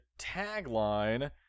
tagline